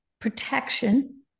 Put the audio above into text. protection